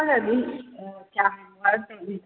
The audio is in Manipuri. ꯊꯥꯏꯅꯗꯤ ꯌꯥꯝ ꯋꯥꯔꯛꯇꯕꯅꯤ